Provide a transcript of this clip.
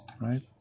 Right